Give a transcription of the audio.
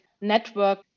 network